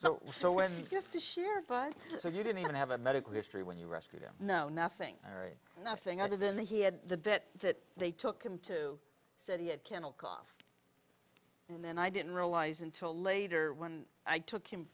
so so when you have to share but so you don't even have a medical history when you rescue them no nothing nothing other than that he had the vet that they took him to said he had kennel cough and then i didn't realise until later when i took him